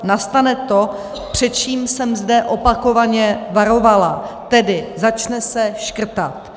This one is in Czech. Nastane to, před čím jsem zde opakovaně varovala, tedy začne se škrtat.